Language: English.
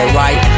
right